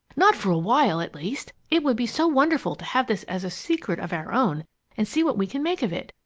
not for a while, at least. it would be so wonderful to have this as a secret of our own and see what we can make of it.